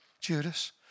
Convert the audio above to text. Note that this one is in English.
Judas